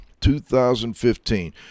2015